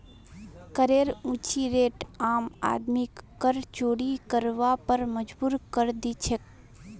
करेर ऊँची रेट आम आदमीक कर चोरी करवार पर मजबूर करे दी छे